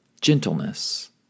gentleness